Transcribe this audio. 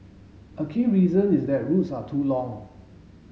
a key reason is that routes are too long